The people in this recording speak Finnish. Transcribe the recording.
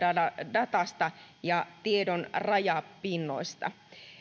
datasta ja tiedon rajapinnoista